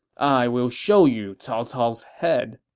i will show you cao cao's head!